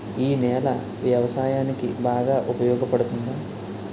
ఈ నేల వ్యవసాయానికి బాగా ఉపయోగపడుతుందా?